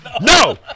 No